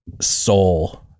soul